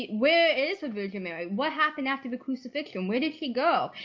where is the virgin mary? what happened after the crucifixion? where did he go?